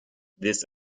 this